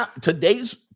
Today's